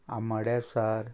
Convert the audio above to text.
आमाड्या सार